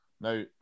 Now